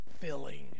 filling